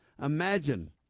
imagine